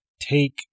take